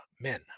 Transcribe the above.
men